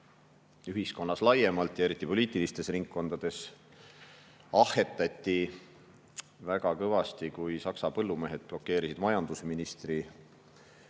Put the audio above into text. ühiskonnas laiemalt ja eriti poliitilistes ringkondades ahhetati väga kõvasti, kui Saksa põllumehed blokeerisid majandusministri